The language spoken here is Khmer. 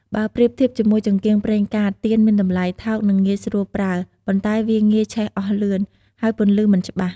បើប្រៀបធៀបជាមួយចង្កៀងប្រេងកាត ទៀនមានតម្លៃថោក និងងាយស្រួលប្រើ ប៉ុន្តែវាងាយឆេះអស់លឿន ហើយពន្លឺមិនច្បាស់។